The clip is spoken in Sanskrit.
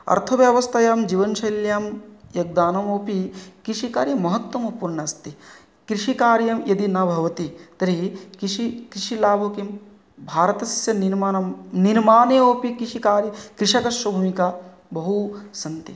अर्थव्यवस्थायां जीवनशैल्यां योगदानमपि कृषिकार्यं महत्वपूर्णमस्ति कृषिकार्यं यदि न भवति तर्हि कृषि कृषिलाभं किं भारतस्य निर्माणं निर्माणे अपि कृषिकार्य कृषकस्य भूमिका बहु सन्ति